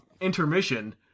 Intermission